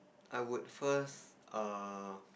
I would first err